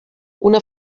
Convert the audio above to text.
una